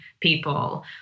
people